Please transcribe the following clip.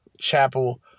Chapel